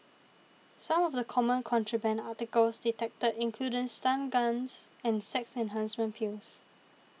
some of the common contraband articles detected included stun guns and sex enhancement pills